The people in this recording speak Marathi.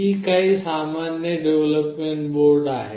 ही काही सामान्य डेव्हलोपमेंट बोर्ड आहेत